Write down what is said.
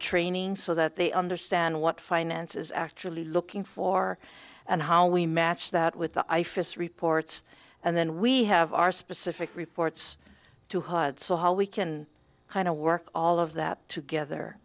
training so that they understand what finance is actually looking for and how we match that with the ifas reports and then we have our specific reports to hud so how we can kind of work all of that together